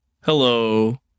Hello